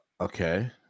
Okay